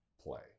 play